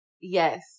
yes